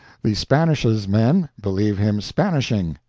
the spanishesmen believe him spanishing,